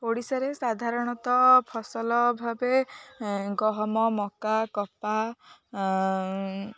ଓଡ଼ିଶାରେ ସାଧାରଣତଃ ଫସଲ ଭାବେ ଗହମ ମକା କପା